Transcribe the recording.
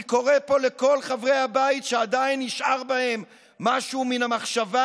אני קורא פה לכל חברי הבית שעדיין נשאר בהם משהו מן המחשבה,